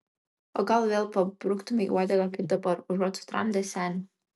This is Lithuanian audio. o gal vėl pabruktumei uodegą kaip dabar užuot sutramdęs senį